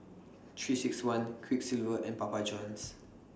three six one Quiksilver and Papa Johns